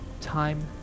Time